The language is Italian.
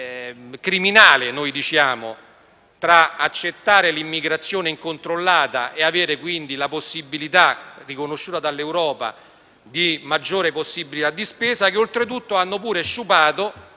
criminale, tra accettare l'immigrazione incontrollata e avere quindi la possibilità riconosciuta dall'Europa di una maggiore possibilità di spesa, che oltretutto hanno sciupato